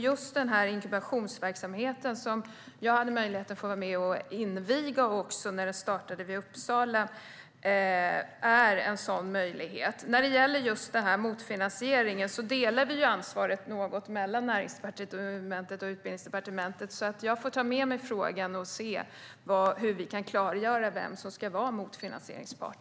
Just denna inkubationsverksamhet, som jag var med och invigde när den startade i Uppsala, är en sådan möjlighet. Vad gäller motfinansieringen delar Näringsdepartementet och Utbildningsdepartementet på ansvaret. Jag får ta med mig frågan och se hur vi kan klargöra vem som ska vara motfinansieringspart.